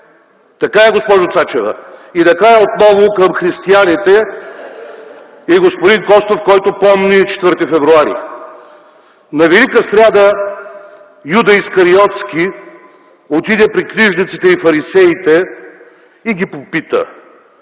Така е, госпожо Цачева. Накрая отново към християните и господин Костов, който помни 4 февруари: „На Велика сряда Юда Искариотски отиде при книжниците и фарисеите и ги попита: